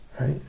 Right